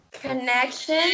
Connection